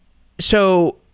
so,